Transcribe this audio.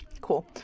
cool